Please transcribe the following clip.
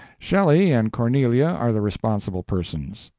shelley and cornelia are the responsible persons,